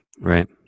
right